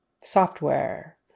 software